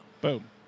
Boom